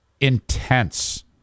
intense